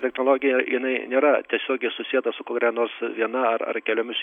technologija jinai nėra tiesiogiai susieta su kuria nors viena ar ar keliomis